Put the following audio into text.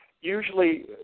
usually